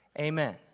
Amen